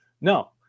No